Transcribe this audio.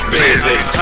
business